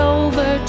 over